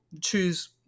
choose